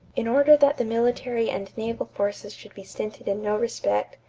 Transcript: in order that the military and naval forces should be stinted in no respect,